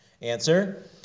Answer